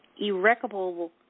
irreparable